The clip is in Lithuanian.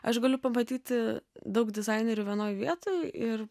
aš galiu pamatyti daug dizainerių vienoj vietoj ir